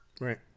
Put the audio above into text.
Right